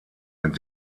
mit